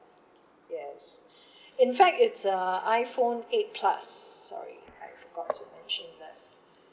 yes in fact it's a iPhone eight plus sorry I forgot to mention that